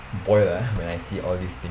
boil ah when I see all these things